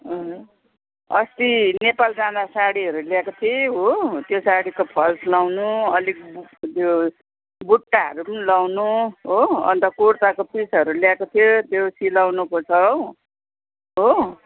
अस्ति नेपाल जाँदा साडीहरू ल्याएको थिएँ हो त्यो साडीको फल्स लगाउनु अलिक त्यो बुट्टाहरू लगाउनु हो अन्त कुर्ताको पिसहरू ल्याएको थिएँ त्यो सिलाउनुको छ हौ हो